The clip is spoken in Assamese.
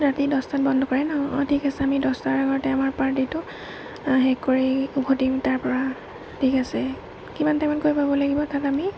ৰাতি দছটাত বন্ধ কৰে ন অঁ ঠিক আছে আমি দছটাৰ আগতে আমাৰ পাৰ্টিটো শেষ কৰি উভতিম তাৰ পৰা ঠিক আছে কিমান টাইমত গৈ পাব লাগিব তাত আমি